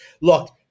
look